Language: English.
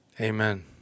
Amen